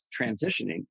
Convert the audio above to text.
transitioning